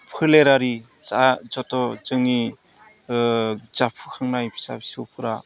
फोलेरारि जा जथ' जोंनि जाफुखांनाय फिसा फिसैफोरा